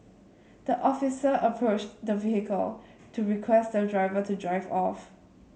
the officer approached the vehicle to request the driver to drive off